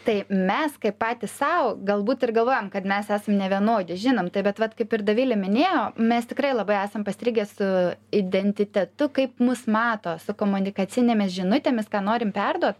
tai mes kaip patys sau galbūt ir galvojam kad mes esam nevienodi žinom tai bet vat kaip ir dovilė minėjo mes tikrai labai esam pastrigę su identitetu kaip mus mato su komunikacinėmis žinutėmis ką norim perduot